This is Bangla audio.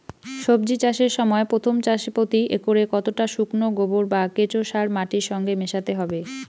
সবজি চাষের সময় প্রথম চাষে প্রতি একরে কতটা শুকনো গোবর বা কেঁচো সার মাটির সঙ্গে মেশাতে হবে?